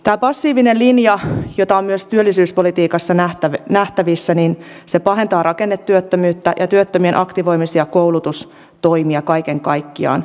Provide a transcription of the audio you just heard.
tämä passiivinen linja jota on myös työllisyyspolitiikassa nähtävissä pahentaa rakennetyöttömyyttä ja työttömien aktivoimis ja koulutustoimia kaiken kaikkiaan